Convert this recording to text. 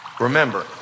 Remember